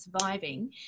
surviving